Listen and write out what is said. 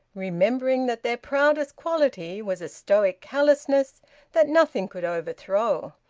remembering that their proudest quality was a stoic callousness that nothing could overthrow.